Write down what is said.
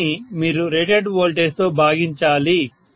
దానిని మీరు rated voltage తో భాగించాలి